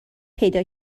پیدا